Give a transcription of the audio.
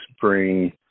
bring